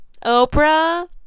Oprah